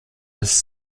his